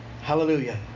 Hallelujah